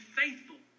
faithful